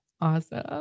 Awesome